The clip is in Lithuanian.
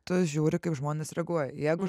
tu žiūri kaip žmonės reaguoja jeigu